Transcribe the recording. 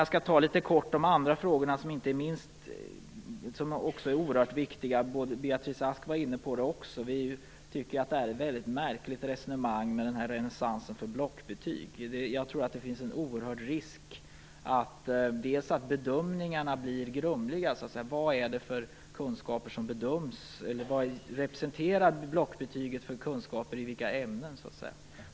Jag skall kort ta upp några andra frågor som också är oerhört viktiga, vilka Beatrice Ask också var inne på. Vi tycker att resonemanget om en renässans för blockbetyg är väldigt märkligt. Jag tror att det är stor risk för att bedömningarna blir grumliga. Vad är det för kunskaper som bedöms? Vad representerar blockbetyget för kunskaper i de olika ämnena?